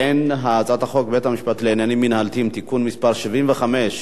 ההצעה להעביר את הצעת חוק בתי משפט לעניינים מינהליים (תיקון מס' 75)